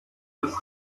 des